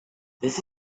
this